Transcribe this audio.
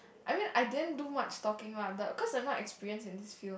I mean I didn't do much talking lah the~ cause I'm not experienced in this field